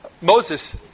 Moses